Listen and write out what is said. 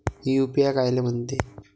UPI कायले म्हनते?